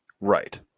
Right